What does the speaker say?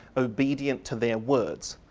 obedient to their words.